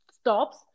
stops